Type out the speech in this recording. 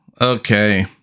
Okay